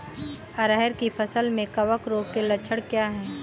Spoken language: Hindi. अरहर की फसल में कवक रोग के लक्षण क्या है?